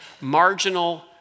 marginal